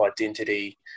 identity